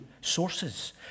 sources